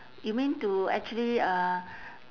you mean to actually uh